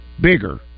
bigger